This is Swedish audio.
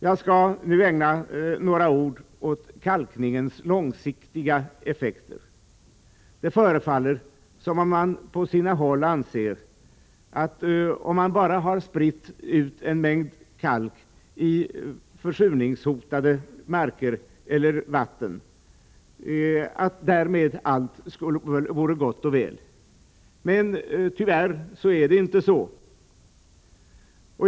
Jag skall nu ägna några ord åt kalkningens långsiktiga effekter. Det förefaller som om man på sina håll anser att om man bara har spritt ut en mängd kalk i försurningshotade marker eller vatten är allt gott och väl. Men tyvärr är det inte så.